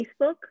Facebook